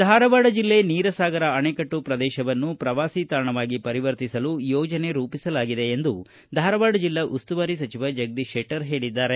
ಧಾರವಾಡ ಜಿಲ್ಲೆ ನೀರಸಾಗರ ಆಣೆಕಟ್ಟು ಪ್ರದೇಶವನ್ನು ಪ್ರವಾಸಿ ತಾಣವಾಗಿ ಪರಿವರ್ತಿಸಲು ಯೋಜನೆ ರೂಪಿಸಲಾಗಿದೆ ಎಂದು ಧಾರವಾಡ ಜಿಲ್ಲಾ ಉಸ್ತುವಾರಿ ಸಚಿವ ಜಗದೀಶ ಶೆಟ್ಟರ್ ಹೇಳಿದ್ದಾರೆ